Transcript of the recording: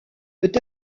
peut